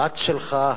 הבת שלך,